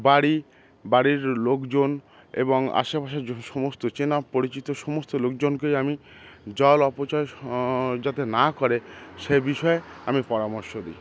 বাড়ি বাড়ির লোকজন এবং আশেপাশের সমস্ত চেনা পরিচিত সমস্ত লোকজনকেই আমি জল অপচয় যাতে না করে সে বিষয়ে আমি পরামর্শ দিই